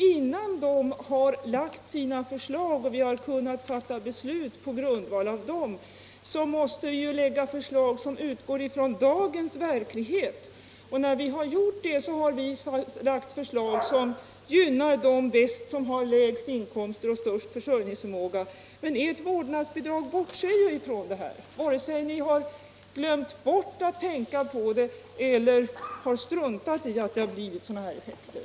Innan dessa utredningar har lagt fram sina förslag och vi har fattat beslut på grundval av dem så måste vi lägga förslag som utgår från dagens verklighet. Vi har då lagt fram förslag som gynnar dem mest som har de lägsta inkomsterna och den största försörjningsbördan. Men ert vårdnadsbidrag bortser ju helt från detta, vare sig ni har glömt bort att tänka på det eller har struntat i att det har blivit sådana här effekter.